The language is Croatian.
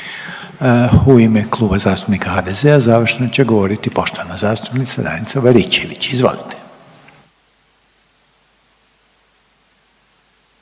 U ime Kluba zastupnika HDZ-a završno će govoriti poštovana zastupnica Danica Baričević, izvolite.